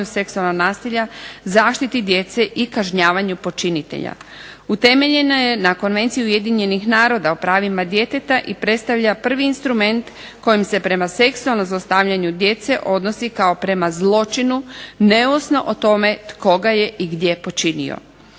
seksualnog nasilja, zaštiti djece i kažnjavanju počinitelja. Utemeljena je na Konvenciji UN-a o pravima djeteta i predstavlja prvi instrument kojim se prema seksualnom zlostavljanju djece odnosi prema zločinu neovisno o tome tko ga je i gdje počinio.